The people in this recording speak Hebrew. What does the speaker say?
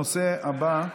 33 בעד,